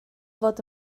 fod